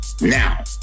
Now